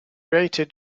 created